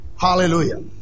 Hallelujah